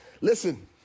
Listen